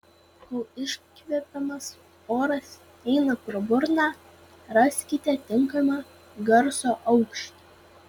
kol iškvepiamas oras eina pro burną raskite tinkamą garso aukštį